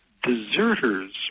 deserters